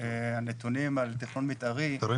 הנתונים על תכנון מתארי שאני אציג